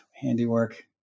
handiwork